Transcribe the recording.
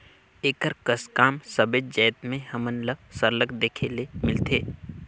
एकर कस काम सबेच जाएत में हमन ल सरलग देखे ले मिलथे